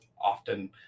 often